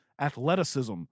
athleticism